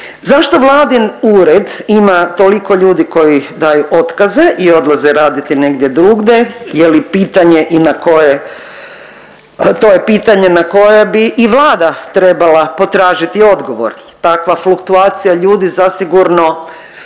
Zašto Vladin ured ima toliko ljudi koji daju otkaze i odlaze raditi negdje drugdje, je li pitanje i na koje to je pitanje na koje bi i Vlada trebala potražiti odgovor. Takva fluktuacija ljudi zasigurno